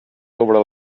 sobre